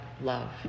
love